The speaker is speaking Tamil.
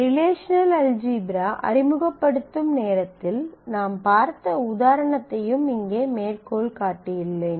ரிலேஷனல் அல்ஜீப்ரா அறிமுகப்படுத்தும் நேரத்தில் நாம் பார்த்த உதாரணத்தையும் இங்கே மேற்கோள் காட்டியுள்ளேன்